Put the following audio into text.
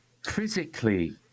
physically